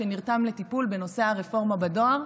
שנרתם לטיפול בנושא הרפורמה בדואר.